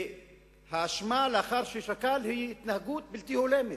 האשמה, לאחר ששקל, התנהגות בלתי הולמת.